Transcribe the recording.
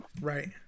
Right